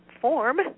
form